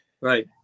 Right